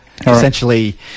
Essentially